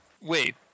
Wait